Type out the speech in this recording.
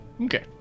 okay